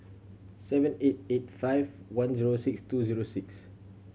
seven eight eight five one zero six two zero six